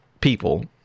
people